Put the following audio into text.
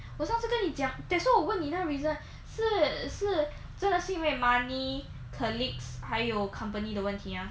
我上次跟你讲 that's why 我问你那个 reason 是是真的是因为 money colleagues 还有 company 的问题吗